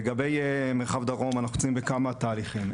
לגבי מרחב דרום אנחנו רצים בכמה תהליכים.